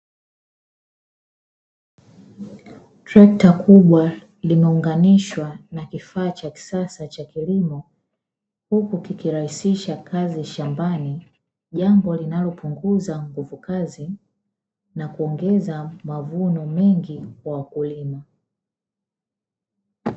Trekta kubwa limeunganishwa na kifaa cha kisasa cha kilimo huku kikirahisisha kazi shambani, jambo linalopunguza nguvukazi na kuongeza mavuno mengi kwa wakulima.